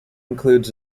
includes